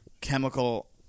chemical